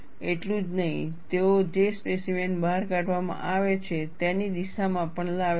એટલું જ નહીં તેઓ જે સ્પેસીમેન બહાર કાઢવામાં આવે છે તેની દિશામાં પણ લાવે છે